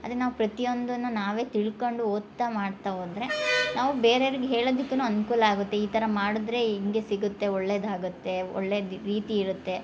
ಅದೇ ನಾವು ಪ್ರತಿಯೊಂದನ್ನು ನಾವೇ ತಿಳ್ಕಂಡು ಓದ್ತಾ ಮಾಡ್ತಾ ಹೋದ್ರೆ ನಾವು ಬೇರೆ ಅವ್ರಿಗೆ ಹೇಳದಿಕ್ಕುನು ಅನುಕೂಲ ಆಗುತ್ತೆ ಈ ಥರ ಮಾಡಿದ್ರೆ ಹಿಂಗೆ ಸಿಗುತ್ತೆ ಒಳ್ಳೆಯದಾಗತ್ತೆ ಒಳ್ಳೆಯ ರೀತಿ ಇರತ್ತೆ